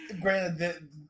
Granted